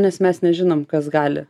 nes mes nežinom kas gali